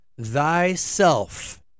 thyself